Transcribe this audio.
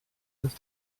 dass